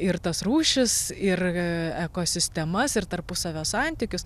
ir tas rūšis ir ekosistemas ir tarpusavio santykius